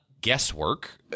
guesswork